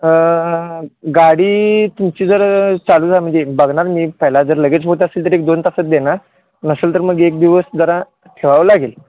गाडी तुमची जर चालू झा म्हणजे बघणार मी पहिला जर लगेच होत असेल तर एक दोन तासात देणार नसेल तर मग एक दिवस जरा ठेवावं लागेल